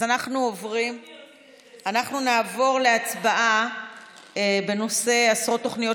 אז אנחנו נעבור להצבעה בנושא: עשרות תוכניות